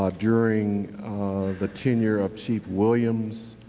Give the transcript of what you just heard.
ah during the tenure of chief williams,